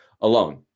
alone